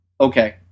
okay